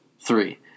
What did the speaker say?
three